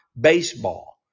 baseball